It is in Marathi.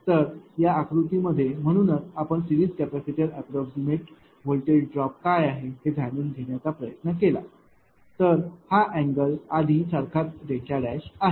तर त्या आकृती मध्ये म्हणूनच आपण series capacitor approximate voltage drop काय आहे हे जाणून घेण्याचा प्रयत्न केला तर हा अँगल आधी सारखाच आहे